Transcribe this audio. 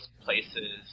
Places